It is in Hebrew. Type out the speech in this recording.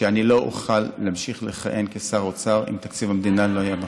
שאני לא אוכל להמשיך לכהן כשר אוצר אם תקציב המדינה לא יעבור.